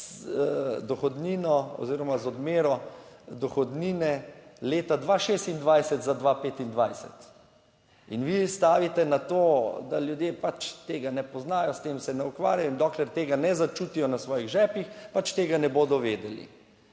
z dohodnino oziroma z odmero dohodnine leta 2026 za 2025. In vi stavite na to, da ljudje pač tega ne poznajo, s tem se ne ukvarjajo, in dokler tega ne začutijo na svojih žepih, pač tega ne bodo vedeli.